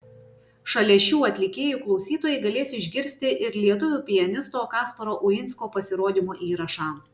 šalia šių atlikėjų klausytojai galės išgirsti ir lietuvių pianisto kasparo uinsko pasirodymo įrašą